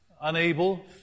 unable